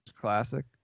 classic